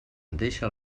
deixa